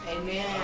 Amen